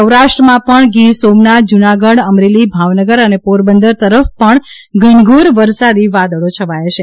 સૌરાષ્ટ્રમાં પણ ગીર સોમનાથ જુનાગઢ અમરેલી ભાવનગર અને પોરબંદર તરફ પણ ઘનઘોર વરસાદી વાદળો છવાયા છે